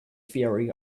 theory